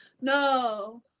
no